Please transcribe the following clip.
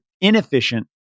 inefficient